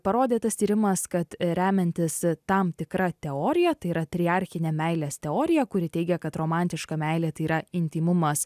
parodė tas tyrimas kad remiantis tam tikra teorija tai yra triarchine meilės teorija kuri teigia kad romantiška meilė tai yra intymumas